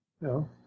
No